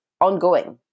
ongoing